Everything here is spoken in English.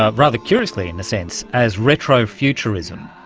ah rather curiously in a sense, as retro-futurism.